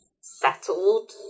settled